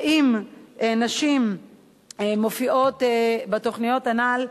ואם נשים מופיעות בתוכניות הנ"ל,